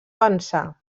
pensar